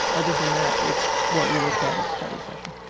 other than that, it's what we looked at, at study session.